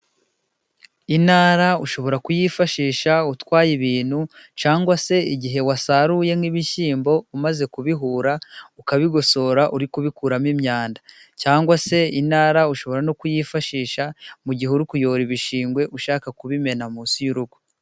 Intara ushobora kuyifashisha utwaye ibintu, cyangwa se igihe wasaruye nk'ibishyimbo umaze kubihura, ukabigosora uri kubikuramo imyanda. Cyangwa se intara ushobora no kuyifashisha mu gihe uri kuyora ibishingwe ushaka kubimena munsi y'urugo.